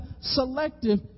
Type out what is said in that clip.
selective